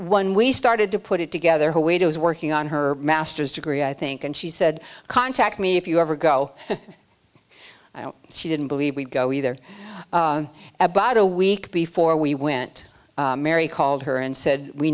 one we started to put it together huwaida was working on her master's degree i think and she said contact me if you ever go she didn't believe we'd go either about a week before we went mary called her and said we